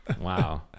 Wow